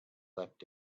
left